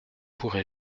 pourrai